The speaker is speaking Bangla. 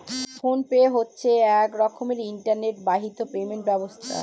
ফোন পে হচ্ছে এক রকমের ইন্টারনেট বাহিত পেমেন্ট ব্যবস্থা